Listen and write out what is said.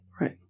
Right